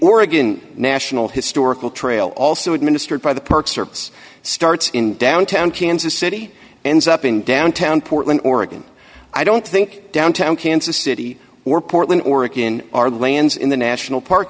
oregon national historical trail also administered by the park service starts in downtown kansas city ends up in downtown portland oregon i don't think downtown kansas city or portland oregon are lands in the national park